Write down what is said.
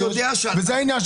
וזה העניין,